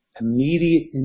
immediate